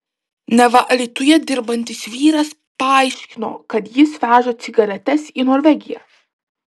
neva alytuje dirbantis vyras paaiškino kad jis veža cigaretes į norvegiją